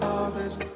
Father's